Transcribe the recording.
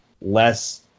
less